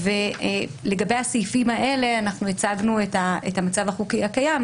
לגבי הסעיפים האלה אנחנו הצגנו את המצב החוקי הקיים,